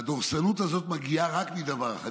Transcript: והדורסנות הזאת מגיעה רק מדבר אחד,